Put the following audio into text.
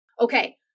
Okay